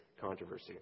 controversy